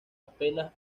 apenas